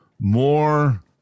more